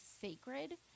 sacred